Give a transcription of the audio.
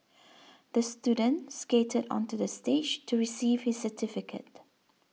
the student skated onto the stage to receive his certificate